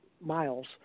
miles